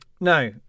No